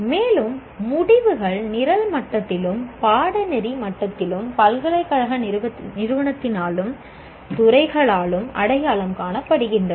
மேலும் முடிவுகள் நிரல் மட்டத்திலும் பாடநெறி மட்டத்திலும் பல்கலைக்கழக நிறுவனத்தினாலும் துறைகளாலும் அடையாளம் காணப்படுகின்றன